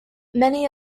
many